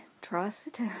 trust